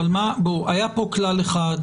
פרופסור זרקא,